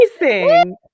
amazing